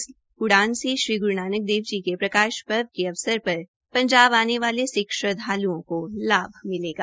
इस उड़ान से श्री गुरू नानक देव जी के प्रकाश उत्सव के अवसर पर पंजाब आने वाले सिक्ख श्रद्वाल्ओं को लाभ मिलेगा